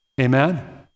Amen